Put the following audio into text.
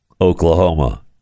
Oklahoma